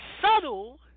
subtle